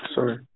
Sorry